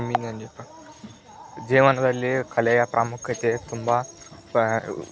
ಜೀವನರಲ್ಲಿ ಕಲೆಯ ಪ್ರಾಮುಖ್ಯತೆ ತುಂಬ ಪ